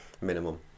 Minimum